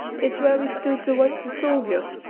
it's where we stood to watch the soldiers,